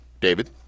david